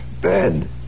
bed